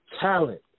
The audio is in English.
talent